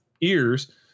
ears